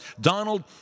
Donald